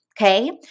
Okay